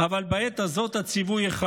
אבל בעת הזאת הציווי אחד: